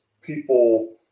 people